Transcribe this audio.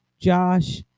Josh